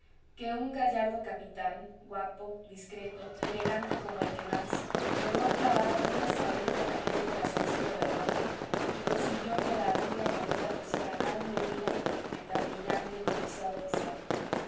que un gallardo capitán guapo discreto elegante como el que más logró clavar una saeta en aquel corazoncito de roca y consiguió que la rubia carmita pusiera alma y vida en tan brillante y codiciado oficial